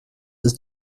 ist